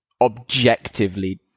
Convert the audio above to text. objectively